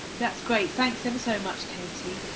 but that's great, thanks ever so much, katie.